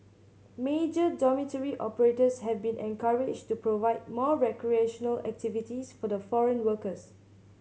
major dormitory operators have been encouraged to provide more recreational activities for the foreign workers